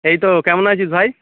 এই তো কেমন আছিস ভাই